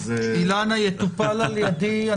אילנה, זה יטופל על ידי.